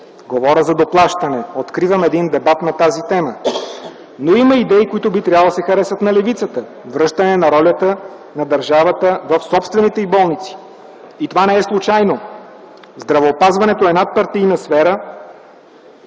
Говоря за доплащане – откривам дебат на тази тема, но има идеи, които би трябвало да се харесат на левицата – връщане на ролята на държавата в собствените й болници. Това не е случайно. Здравеопазването е надпартийна сфера